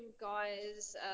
guys